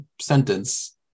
sentence